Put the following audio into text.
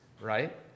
right